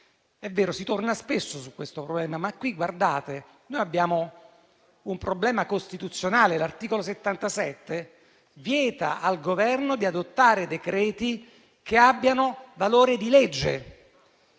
È vero: si torna spesso su questo problema, ma in questo caso abbiamo un problema costituzionale, ovvero l'articolo 77 vieta al Governo di adottare decreti che abbiano valore di legge.